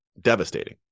devastating